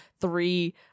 three